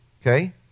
Okay